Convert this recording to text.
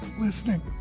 listening